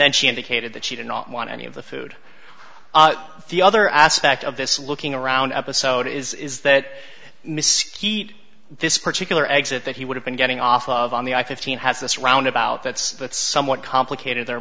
then she indicated that she did not want any of the food the other aspect of this looking around episode is that misc eat this particular exit that he would have been getting off of on the i fifteen has this roundabout that's somewhat complicated